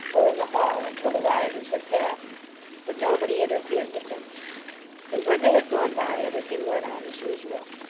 or in the hall, until the rioters had passed but nobody interfered with them and when they had gone by, everything went on as usual.